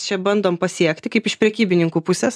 čia bandom pasiekti kaip iš prekybininkų pusės